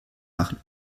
machen